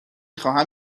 خواهم